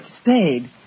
Spade